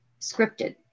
scripted